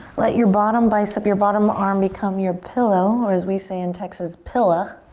let your bottom bicep, your bottom arm become your pillow or as we say in texas, pill-ah.